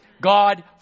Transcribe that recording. God